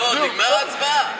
נגמרה ההצבעה?